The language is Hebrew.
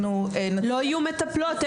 אנחנו --- לא יהיו מטפלות,